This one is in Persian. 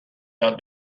یاد